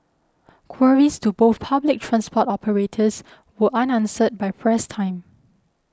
queries to both public transport operators were unanswered by press time